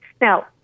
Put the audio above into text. Now